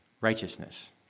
righteousness